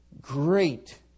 great